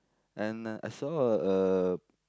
and I saw a